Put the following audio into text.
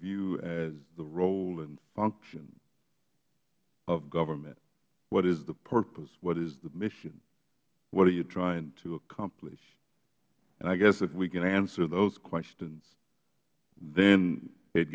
view as the role and function of government what is the purpose what is the mission what are you trying to accomplish and i guess if we can answer those questions then it